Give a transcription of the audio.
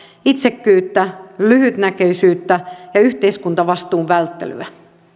itsekkyyttä lyhytnäköisyyttä ja yhteiskuntavastuun välttelyä